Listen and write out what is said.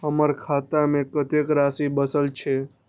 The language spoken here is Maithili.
हमर खाता में कतेक राशि बचल छे?